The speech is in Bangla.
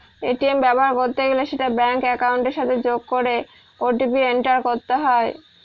এ.টি.এম ব্যবহার করতে গেলে সেটা ব্যাঙ্ক একাউন্টের সাথে যোগ করে ও.টি.পি এন্টার করতে হয়